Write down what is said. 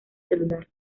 celular